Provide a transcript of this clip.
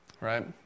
Right